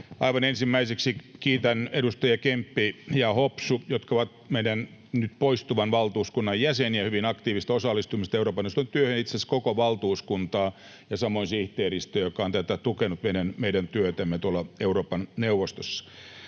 Aivan ensimmäiseksi kiitän edustajia Kemppi ja Hopsu, jotka ovat meidän nyt poistuvan valtuuskunnan jäseniä, hyvin aktiivisesta osallistumisesta Euroopan neuvoston työhön ja itse asiassa koko valtuuskuntaa ja samoin sihteeristöä, joka on tukenut meidän työtämme tuolla Euroopan neuvostossa.